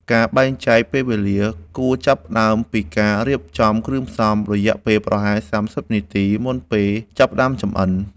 ការបែងចែកពេលវេលាគួរចាប់ផ្ដើមពីការរៀបចំគ្រឿងផ្សំ រយៈពេលប្រហែល ៣០ នាទីមុនពេលចាប់ផ្ដើមចម្អិន។